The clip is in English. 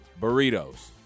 burritos